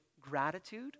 gratitude